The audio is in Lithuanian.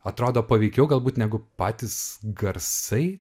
atrodo paveikiau galbūt negu patys garsai